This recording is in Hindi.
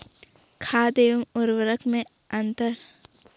खाद एवं उर्वरक में अंतर?